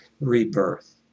rebirth